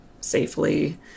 safely